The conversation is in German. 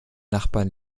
nachbarn